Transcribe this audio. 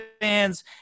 fans